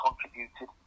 contributed